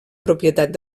propietat